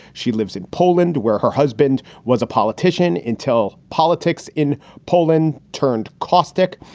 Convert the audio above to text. she lives in poland, where her husband was a politician until politics in poland turned caustic.